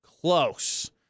Close